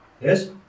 Yes